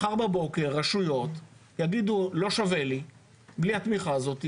מחר בבוקר רשויות יגידו: לא שווה לי בלי התמיכה הזאת,